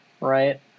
right